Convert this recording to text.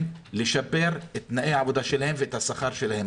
לשפר את תנאי העבודה שלהם ואת השכר שלהם.